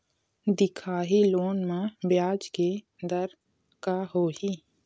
दिखाही लोन म ब्याज के दर का होही?